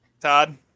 Todd